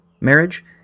marriage